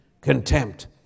contempt